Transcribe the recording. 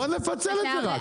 בוא נפצל את זה רק.